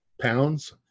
pounds